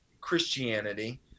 Christianity